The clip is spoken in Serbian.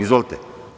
Izvolite.